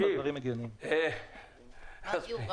הערת שמונה